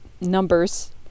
numbers